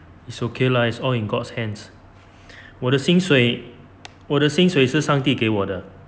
it's okay lah it's all in god's hands 我的薪水我的薪水是上帝给我的